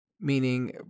Meaning